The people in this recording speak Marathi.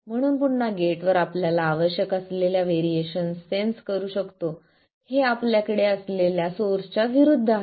म्हणून पुन्हा गेटवर आपल्याला आवश्यक असलेल्या व्हेरिएशनचा सेंन्स करू शकतो हे आपल्याकडे असलेल्या सोर्स च्या विरूद्ध आहे